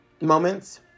moments